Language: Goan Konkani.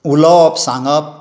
उलोवप सांगप